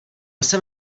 jsem